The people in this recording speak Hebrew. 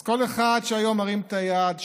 אז כל אחד שהיום מרים את היד,